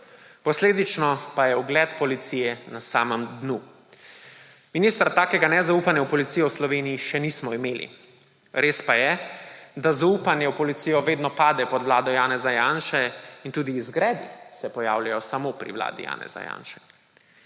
Posledično pa je ugled policije na samem dnu. Minister, takega nezaupanja v policijo v Sloveniji še nismo imeli. Res pa je, da zaupanje v policijo vedno pade pod vlado Janeza Janša in tudi izgredi se pojavljajo samo pri vladi Janeza Janše.